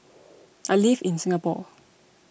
I live in Singapore